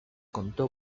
contó